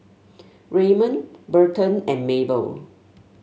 Raymond Burton and Mabel